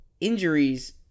injuries –